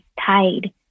tied